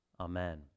Amen